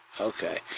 okay